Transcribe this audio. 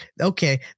okay